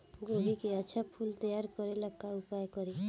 गोभी के अच्छा फूल तैयार करे ला का उपाय करी?